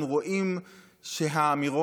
אנחנו רואים שהאמירות,